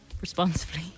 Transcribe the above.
responsibly